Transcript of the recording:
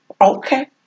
okay